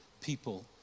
people